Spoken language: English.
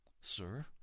Sir